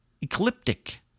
Ecliptic